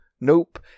nope